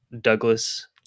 Douglas